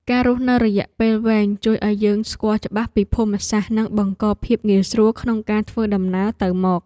ការរស់នៅរយៈពេលវែងជួយឱ្យយើងស្គាល់ច្បាស់ពីភូមិសាស្ត្រនិងបង្កភាពងាយស្រួលក្នុងការធ្វើដំណើរទៅមក។